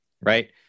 right